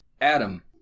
Adam